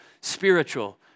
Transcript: spiritual